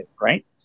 right